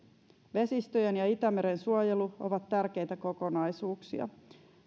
vesistöjen ja itämeren suojelu ovat tärkeitä kokonaisuuksia